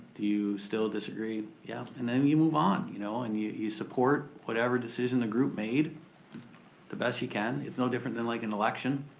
do you still disagree? yeah, and then you move on. you know and you you support whatever decision the group made the best you can. it's no different than like an election.